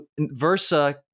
Versa